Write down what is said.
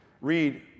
read